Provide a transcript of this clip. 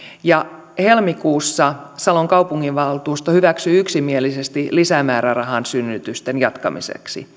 ja helmikuussa salon kaupunginvaltuusto hyväksyi yksimielisesti lisämäärärahan synnytysten jatkamiseksi kesäkuussa